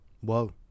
whoa